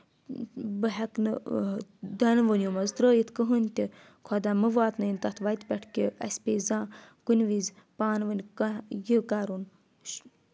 بہٕ ہؠکہٕ نہٕ دۄنوٕنیو منٛز ترٲیِتھ کٕہٕنۍ تہِ خۄدا مہٕ واتنٲیِن تَتھ وَتہِ پؠٹھ کہِ اَسہِ پیٚیہِ زانٛہہ کُنہِ وِزِ پانہٕ ؤنۍ کانٛہہ یہِ کَرُن